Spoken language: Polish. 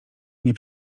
nie